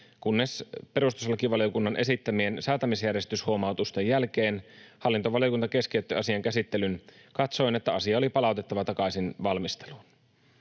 kunnes perustuslakivaliokunnan esittämien säätämisjärjestyshuomautusten jälkeen hallintovaliokunta keskeytti asian käsittelyn katsoen, että asia oli palautettava takaisin valmisteluun.